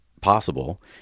possible